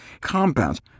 Compounds